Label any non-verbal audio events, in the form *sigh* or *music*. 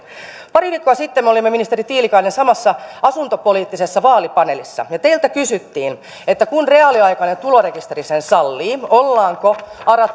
pari viikkoa sitten me olimme ministeri tiilikainen samassa asuntopoliittisessa vaalipaneelissa ja teiltä kysyttiin että kun reaaliaikainen tulorekisteri sen sallii ollaanko ara *unintelligible*